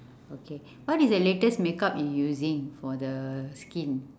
okay what is the latest makeup you're using for the skin